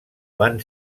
van